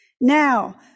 now